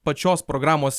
pačios programos